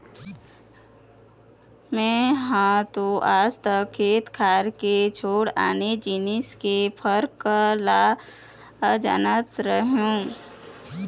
मेंहा तो आज तक खेत खार के छोड़ आने जिनिस के फरक ल जानत रहेंव